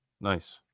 Nice